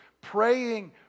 praying